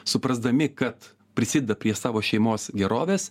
suprasdami kad prisideda prie savo šeimos gerovės